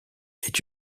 est